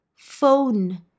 Phone